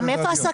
גם איפה הסכנה?